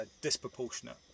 disproportionate